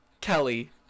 Kelly